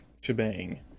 shebang